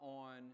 on